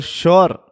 sure